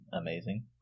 amazing